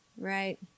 Right